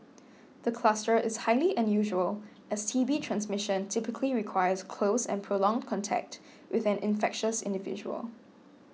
the cluster is highly unusual as T B transmission typically requires close and prolonged contact with an infectious individual